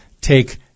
take